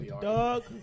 Doug